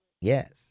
Yes